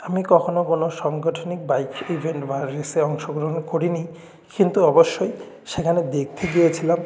আমি কখনো কোনও সংগঠনিক বাইক ইভেন্ট বা রেসে অংশগ্রহণ করিনি কিন্তু অবশ্যই সেখানে দেখতে গিয়েছিলাম